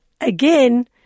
again